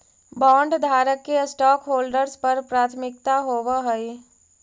बॉन्डधारक के स्टॉकहोल्डर्स पर प्राथमिकता होवऽ हई